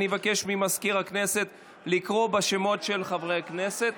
אבקש ממזכיר הכנסת לקרוא בשמות של חברי הכנסת.